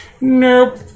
nope